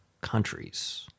countries